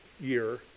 year